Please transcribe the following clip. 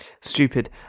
stupid